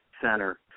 center